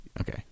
Okay